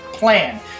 plan